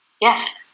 Yes